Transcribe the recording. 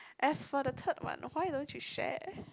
as for the third one why don't you share